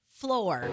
floor